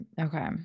okay